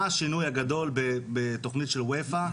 מה השינוי הגדול בתוכנית של אופ"א,